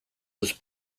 was